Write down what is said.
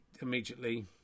immediately